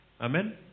Amen